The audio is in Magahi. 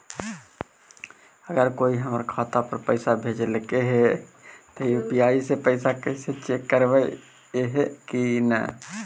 अगर कोइ हमर खाता पर पैसा भेजलके हे त यु.पी.आई से पैसबा कैसे चेक करबइ ऐले हे कि न?